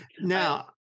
Now